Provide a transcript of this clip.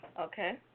Okay